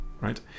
Right